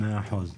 מאה אחוז.